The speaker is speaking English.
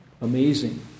amazing